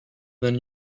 than